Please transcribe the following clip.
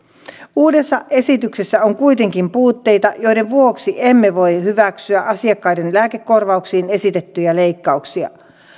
uudessa esityksessä on kuitenkin puutteita joiden vuoksi emme voi hyväksyä asiakkaiden lääkekorvauksiin esitettyjä leikkauksia